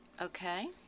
okay